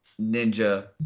ninja